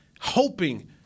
hoping